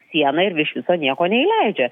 sieną ir iš viso nieko neįleidžia